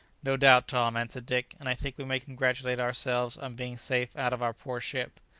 no doubt, tom! answered dick, and i think we may congratulate ourselves on being safe out of our poor ship.